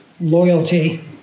loyalty